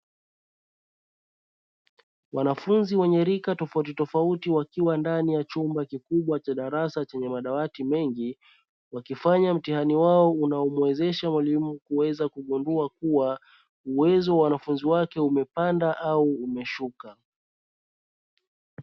Wanafunzi wenye rika tofautitofauti wakiwa ndani ya chumba kikubwa cha darasa chenye madawati mengi, wakifanya mtihani wao unaomuwezesha mwalimu kuweza kugundua kuwa uwezo wa wanafunzi wake umepanda au umeshuka.